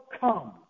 come